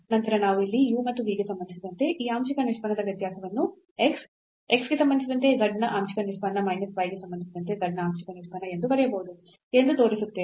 ನಂತರ ನಾವು ಇಲ್ಲಿ u ಮತ್ತು v ಗೆ ಸಂಬಂಧಿಸಿದಂತೆ ಈ ಆಂಶಿಕ ನಿಷ್ಪನ್ನದ ವ್ಯತ್ಯಾಸವನ್ನು x x ಗೆ ಸಂಬಂಧಿಸಿದಂತೆ z ನ ಆಂಶಿಕ ನಿಷ್ಪನ್ನ ಮೈನಸ್ y ಗೆ ಸಂಬಂಧಿಸಿದಂತೆ z ನ ಆಂಶಿಕ ನಿಷ್ಪನ್ನ ಎಂದು ಬರೆಯಬಹುದು ಎಂದು ತೋರಿಸುತ್ತೇವೆ